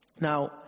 Now